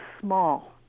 small